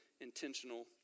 intentional